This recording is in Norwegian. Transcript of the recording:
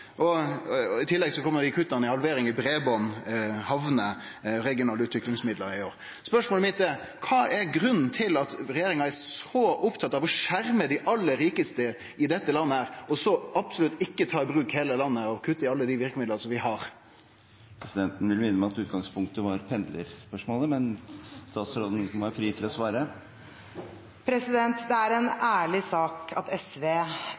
I tillegg kjem kutta ved halvering når det gjeld breiband, hamner og regionale utviklingsmidlar. Spørsmålet mitt er: Kva er grunnen til at regjeringa er så opptatt av å skjerme dei aller rikaste i dette landet, og slik absolutt ikkje ta i bruk heile landet, ved å kutte i alle dei verkemidlane vi har? Presidenten vil minne om at utgangspunktet var pendlerspørsmålet. Det var distriktspolitikk, var det ikkje det? Det er en ærlig sak at SV